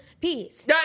Peace